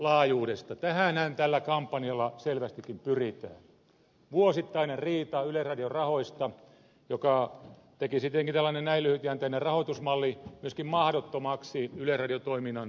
tähänhän tällä kampanjalla selvästikin pyritään vuosittaiseen riitaan yleisradion rahoista mikä tekisi tietenkin näin lyhytjänteinen rahoitusmalli myöskin mahdottomaksi yleisradiotoiminnan suunnittelun